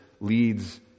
leads